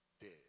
dead